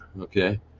Okay